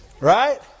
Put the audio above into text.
Right